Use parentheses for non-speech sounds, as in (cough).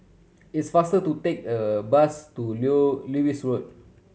it's faster to take a bus to (unintelligible) Lewis Road